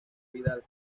vidal